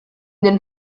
den